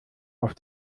auf